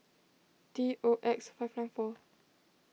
T O X five nine four